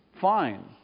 fine